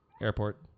Airport